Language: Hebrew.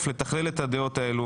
יוסף טייב,